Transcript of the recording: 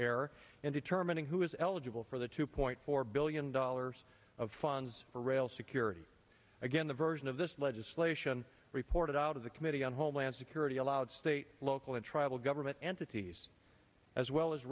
error in determining who is eligible for the two point four billion dollars of funds for rail security again the version of this legislation reported out of the committee on homeland security allowed state local and tribal government entities as well as